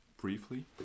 briefly